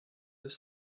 deux